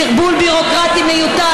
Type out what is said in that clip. סרבול ביורוקרטי מיותר.